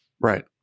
right